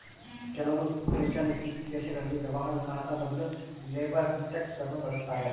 ಕೆಲವು ಸೊಷಲಿಸ್ಟಿಕ್ ದೇಶಗಳಲ್ಲಿ ವ್ಯವಹಾರುಕ್ಕ ಹಣದ ಬದಲು ಲೇಬರ್ ಚೆಕ್ ನ್ನು ಬಳಸ್ತಾರೆ